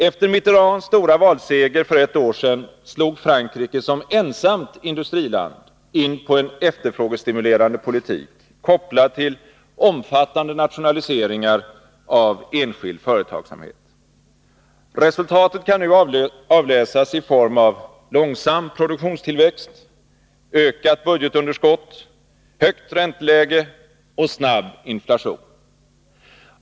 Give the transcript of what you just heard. Efter Mitterands stora valseger för ett år sedan slog Frankrike som ensamt industriland in på en efterfrågestimulerande politik, kopplad till omfattande nationaliseringar av enskild företagsamhet. Resultaten kan nu avläsas i form av långsam produktionstillväxt, ökat budgetunderskott, högt ränteläge och snabb inflation.